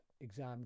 exam